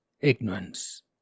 Ignorance